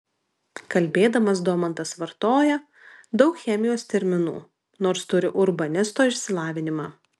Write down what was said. kalbėdamas domantas vartoja daug chemijos terminų nors turi urbanisto išsilavinimą